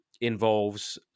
involves